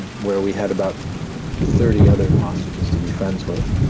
where we had about thirty other hostages to be friends with.